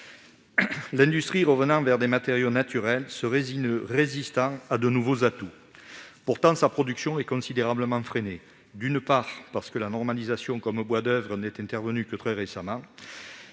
L'industrie revenant vers des matériaux naturels, ce résineux résistant présente de nouveaux atouts. Pourtant, sa production est considérablement freinée, d'une part parce que sa normalisation comme bois d'oeuvre n'est intervenue que très récemment,